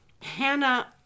Hannah